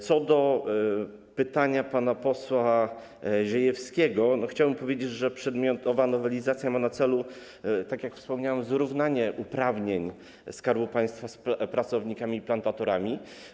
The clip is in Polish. Co do pytania pana posła Ziejewskiego chciałbym powiedzieć, że przedmiotowa nowelizacja ma na celu, tak jak wspomniałem, zrównanie uprawnień Skarbu Państwa z uprawnieniami pracowników i plantatorów.